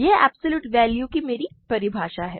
यह absolute value की मेरी परिभाषा है